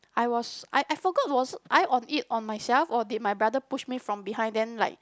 I was I I forgot was I on it on myself or did my brother push me from behind then like